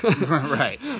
right